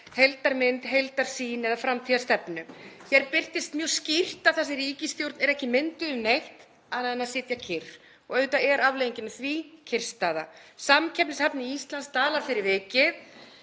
heildarmynd, heildarsýn eða framtíðarstefnu. Hér birtist mjög skýrt að þessi ríkisstjórn er ekki mynduð um neitt annað en að sitja kyrr og auðvitað er afleiðingin af því kyrrstaða. Samkeppnishæfni Íslands dalar fyrir vikið.